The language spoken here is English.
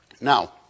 Now